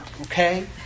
okay